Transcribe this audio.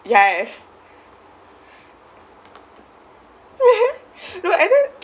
yes no and then